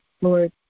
Lord